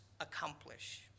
accomplish